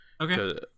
Okay